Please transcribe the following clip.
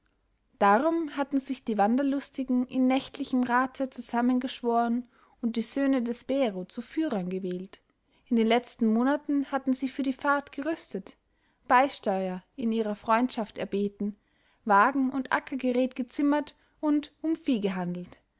darum hatten sich die wanderlustigen in nächtlichem rate zusammengeschworen und die söhne des bero zu führern gewählt in den letzten monaten hatten sie für die fahrt gerüstet beisteuer in ihrer freundschaft erbeten wagen und ackergerät gezimmert und um vieh gehandelt